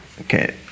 Okay